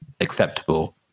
acceptable